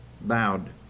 bowed